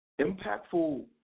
impactful